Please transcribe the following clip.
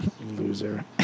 Loser